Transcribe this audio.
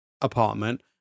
apartment